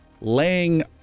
laying